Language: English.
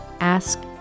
ask